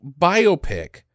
biopic